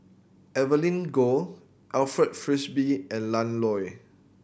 Evelyn Goh Alfred Frisby and Ian Loy